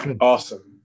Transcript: awesome